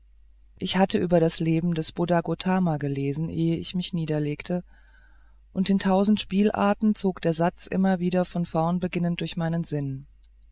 ich hatte über das leben des buddha gotama gelesen ehe ich mich niedergelegt und in tausend spielarten zog der satz immer wieder von vorne beginnend durch meinen sinn